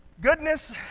Goodness